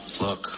Look